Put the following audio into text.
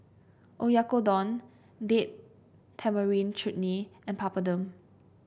Oyakodon Date Tamarind Chutney and Papadum